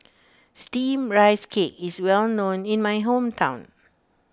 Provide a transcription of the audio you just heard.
Steamed Rice Cake is well known in my hometown